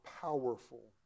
powerful